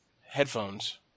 headphones